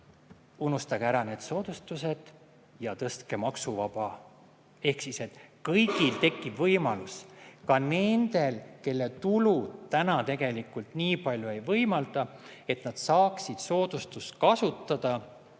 Unustage ära need soodustused ja tõstke maksuvaba tulu summat! Siis tekib kõigil võimalus – ka nendel, kelle tulud täna tegelikult nii palju ei võimalda, et nad saaksid soodustust kasutada